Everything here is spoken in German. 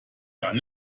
dann